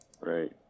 Right